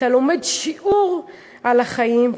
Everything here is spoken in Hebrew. אתה לומד שיעור על החיים,